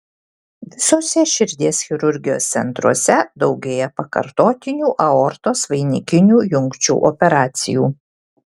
visuose širdies chirurgijos centruose daugėja pakartotinių aortos vainikinių jungčių operacijų